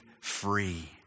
free